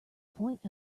point